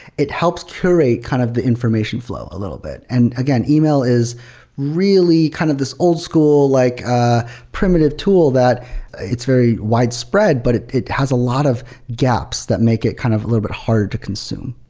it helps curate kind of the information flow a little bit and again, e-mail is really kind of this old-school like ah primitive tool that it's very widespread, but it it has a lot of gaps that make it kind of a little bit harder to consume.